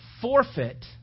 forfeit